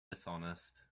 dishonest